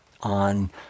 on